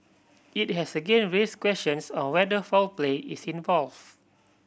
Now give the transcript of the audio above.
it has again raised questions on whether foul play is involved